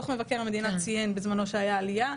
דוח מבקר המדינה ציין בזמנו שהייתה עלייה,